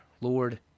Lord